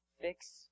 fix